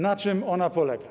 Na czym ona polega?